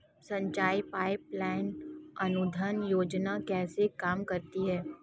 सिंचाई pipeline अनुदान योजना कैसे काम करती है?